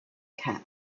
cap